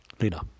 Lina